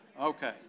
Okay